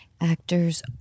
actors